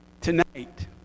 Tonight